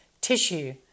tissue